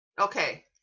Okay